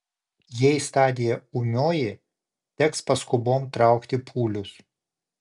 jei stadija ūmioji teks paskubom traukti pūlius